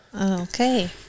Okay